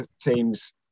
teams